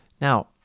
Now